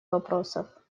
вопросов